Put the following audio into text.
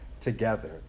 together